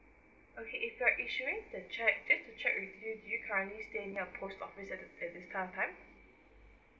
okay if you're issuing a cheque just to check with you do you currently staying near a post office at the at this current time